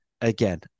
again